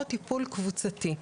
או טיפול קבוצתי.